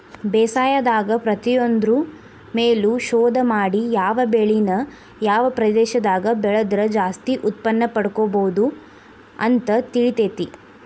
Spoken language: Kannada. ಬೇಸಾಯದಾಗ ಪ್ರತಿಯೊಂದ್ರು ಮೇಲು ಶೋಧ ಮಾಡಿ ಯಾವ ಬೆಳಿನ ಯಾವ ಪ್ರದೇಶದಾಗ ಬೆಳದ್ರ ಜಾಸ್ತಿ ಉತ್ಪನ್ನಪಡ್ಕೋಬೋದು ಅಂತ ತಿಳಿತೇತಿ